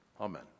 Amen